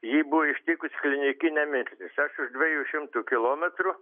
jį buvo ištikusi klinikinė mirtis aš už dviejų šimtų kilometrų